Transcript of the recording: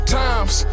times